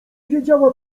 wiedziała